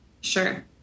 Sure